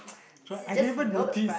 sorry I didn't even notice